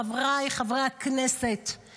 חבריי חברי הכנסת,